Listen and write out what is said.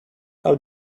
how